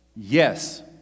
Yes